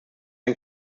ein